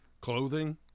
clothing